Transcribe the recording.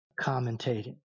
commentating